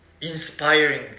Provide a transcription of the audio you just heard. inspiring